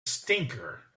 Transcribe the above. stinker